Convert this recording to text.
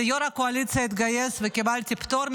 אז יו"ר הקואליציה התגייס וקיבלתי פטור,